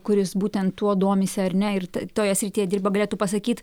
kuris būtent tuo domisi ar ne ir toje srityje dirba galėtų pasakyt